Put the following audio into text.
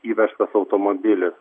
įveštas automobilis